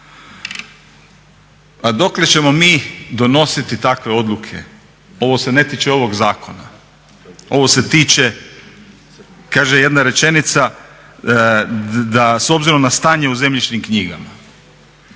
Pa dokle ćemo mi donositi takve odluke? Ovo se ne tiče ovog zakona, ovo se tiče, kaže jedna rečenica da s obzirom na stanje u zemljišnom knjigama,